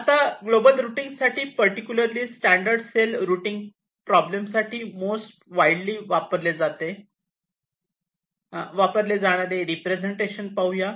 आता global routing साठी particularly standard cell routing problem साठी मोस्ट वाइडली वापरले जाणारे रिप्रेझेंटेशन पाहूया